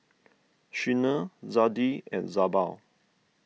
Sheena Zadie and Jabbar